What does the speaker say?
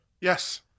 Yes